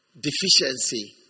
deficiency